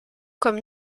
comme